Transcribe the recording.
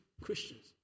Christians